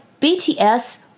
BTS